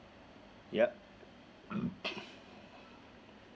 yup